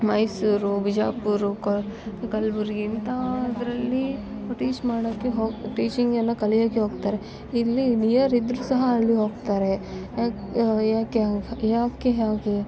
ಮೈಸೂರು ಬಿಜಾಪುರ ಕಲ್ಬುರ್ಗಿ ಮುಂತಾದರಲ್ಲಿ ಟೀಚ್ ಮಾಡೋಕ್ಕೆ ಹೋಗಿ ಟೀಚಿಂಗನ್ನು ಕಲಿಯೋಕ್ಕೆ ಹೋಗ್ತಾರೆ ಇಲ್ಲಿ ನಿಯರ್ ಇದ್ರು ಸಹ ಅಲ್ಲಿ ಹೋಗ್ತಾರೆ ಯಾಕೆ ಯಾಕೆ ಯಾಕೆ ಹಾಗೆ